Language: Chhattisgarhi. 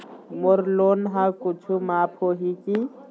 मोर लोन हा कुछू माफ होही की?